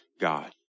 God